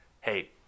hey